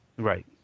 Right